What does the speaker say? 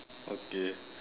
okay